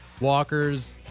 Walkers